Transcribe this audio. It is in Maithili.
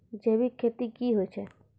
जैविक खेती की होय छै?